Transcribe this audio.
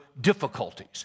difficulties